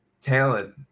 talent